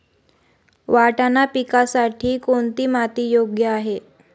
वाटाणा पिकासाठी कोणती माती योग्य आहे?